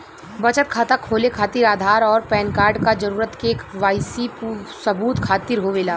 बचत खाता खोले खातिर आधार और पैनकार्ड क जरूरत के वाइ सी सबूत खातिर होवेला